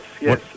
yes